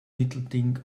mittelding